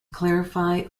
clarify